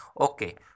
Okay